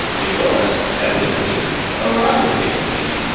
it was evidently a rotten thing to be.